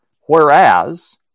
whereas